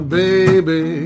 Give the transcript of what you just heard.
baby